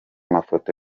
mafoto